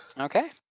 Okay